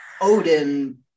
Odin